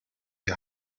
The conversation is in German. die